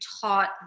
taught